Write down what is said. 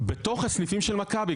בתוך הסניפים של מכבי,